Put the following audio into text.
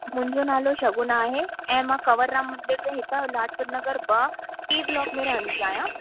मुंहिंजो नालो शगुन आहे ऐं मां कवंरराम मंदिर जे हितां लाजपत नगर ॿ सी ब्लॉक में रहंदी आहियां